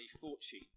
fortune